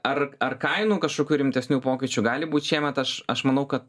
ar ar kainų kažkokių rimtesnių pokyčių gali būt šiemet aš aš manau kad